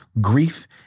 grief